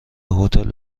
هتل